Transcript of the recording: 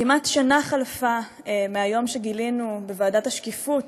כמעט שנה חלפה מהיום שגילינו בוועדת השקיפות